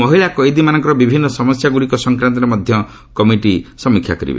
ମହିଳା କଏଦୀ ମାନଙ୍କର ବିଭିନ୍ନ ସମସ୍ୟାଗୁଡ଼ିକ ସଂକ୍ରାନ୍ତରେ ମଧ୍ୟ କମିଟି ତର୍ଜମା କରିବ